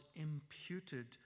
imputed